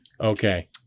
Okay